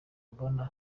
mbona